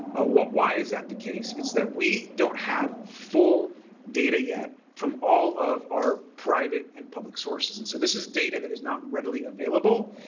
why is that the case? it's that we don't have full data yet from all of our private and public sources and so this is data that is not readily available.